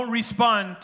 respond